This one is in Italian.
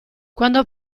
quando